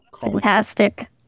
Fantastic